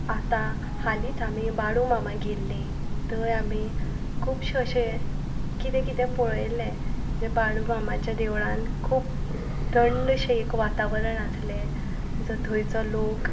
आतां हालींच आमी बाळूमामा गेल्लीं थंय आमी खुबशे अशें कितें कितें पळयलें जें बाळूमामाच्या देवळांत खूब थंडशें एक वातावरण आसलें जो थंयचो लोक